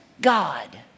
God